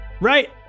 right